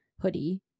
hoodie